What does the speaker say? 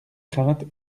crainte